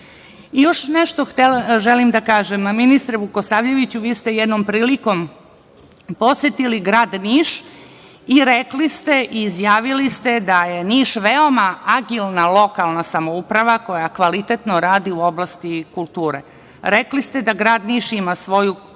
nešto želim da kažem. Ministre Vukosavljeviću, vi ste jednom prilikom posetili grad Niš i rekli ste i izjavili da je Niš veoma agilna lokalna samouprava koja kvalitetno radi u oblasti kulture. Rekli ste da grad Niš ima svoju kulturnu